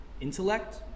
Intellect